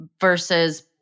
versus